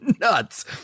nuts